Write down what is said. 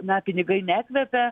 na pinigai nekvepia